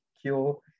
Cure